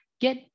get